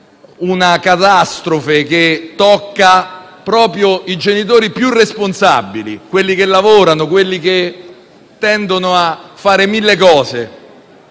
una catastrofe che tocca proprio i genitori più responsabili, quelli che lavorano, quelli che tendono a fare mille cose.